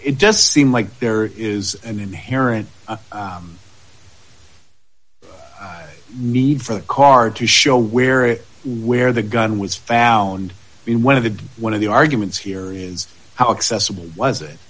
it just seems like there is an inherent need for the card to show where it where the gun was found in one of the one of the arguments here used how accessible was it